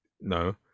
no